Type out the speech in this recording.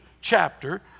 chapter